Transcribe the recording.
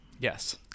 Yes